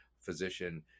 physician